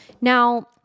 Now